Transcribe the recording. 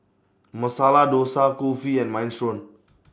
Masala Dosa Kulfi and Minestrone